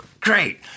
great